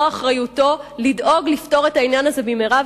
זו אחריותו לדאוג לפתור את העניין במהרה,